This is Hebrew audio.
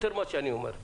יותר ממה שאני אומר.